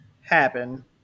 happen